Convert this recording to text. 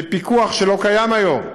בפיקוח שלא קיים היום.